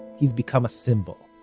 he's become a symbol.